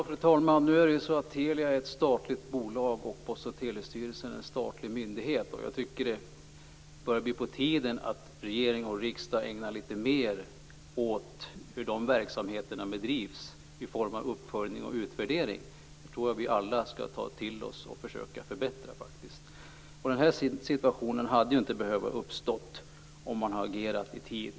Fru talman! Telia är ju ett statligt bolag, och Postoch telestyrelsen är en statlig myndighet. Jag tycker att det är på tiden att regering och riksdag genom uppföljning och utvärdering ägnar sig litet mer åt hur deras verksamhet bedrivs. Jag tror att vi alla skall ta till oss det och försöka förbättra det. Den här situationen hade inte behövt uppstå om man hade agerat i tid.